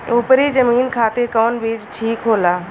उपरी जमीन खातिर कौन बीज ठीक होला?